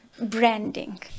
branding